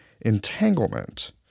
entanglement